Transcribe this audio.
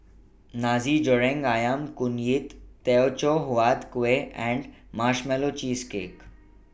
Nasi Goreng Ayam Kunyit Teochew Huat Kueh and Marshmallow Cheesecake